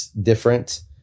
different